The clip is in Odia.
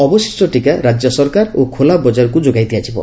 ଅବଶିଷ୍ ଟିକା ରାକ୍ୟ ସରକାର ଓ ଖୋଲା ବଜାରକୁ ଯୋଗାଇ ଦିଆଯିବ